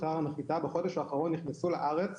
יכולת לנטרל נוגדנים בבדיקות מעבדה.